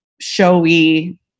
showy